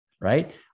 right